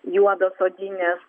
juodos odinės